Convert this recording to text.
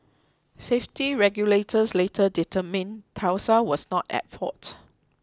safety regulators later determined Tesla was not at fault